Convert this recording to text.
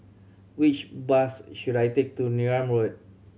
which bus should I take to Neram Road